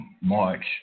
March